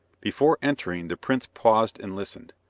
before entering, the prince paused and listened,